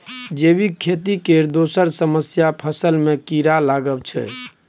जैबिक खेती केर दोसर समस्या फसल मे कीरा लागब छै